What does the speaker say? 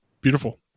beautiful